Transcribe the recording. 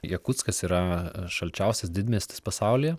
jakutskas yra šalčiausias didmiestis pasaulyje